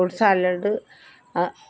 fruit salad